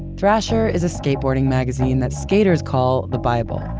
thrasher is a skateboarding magazine that skaters call the bible.